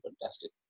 fantastic